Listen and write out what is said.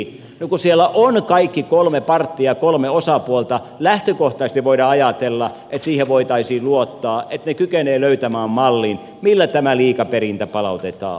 no kun siellä on kaikki kolme parttia kolme osapuolta lähtökohtaisesti voidaan ajatella että siihen voitaisiin luottaa että ne kykenevät löytämään mallin millä tämä liikaperintä palautetaan